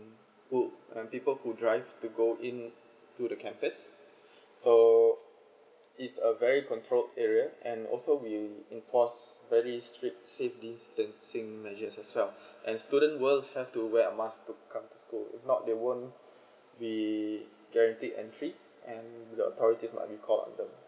who and people who drive to go in to the campus so it's a very controlled area and also we enforce very strict safe distancing measures as well and student will have to wear a mask to come to school if not they wont be guaranteed entry and the authority will not be called on that